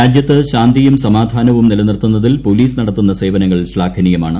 രാജ്യത്ത് ശാന്തിയും സമാധാനവും നിലനിർത്തുന്നതിൽ പോലീസ് നടത്തുന്ന സേവനങ്ങൾ ശ്ലാഘനീയമാണ്